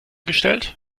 gestellt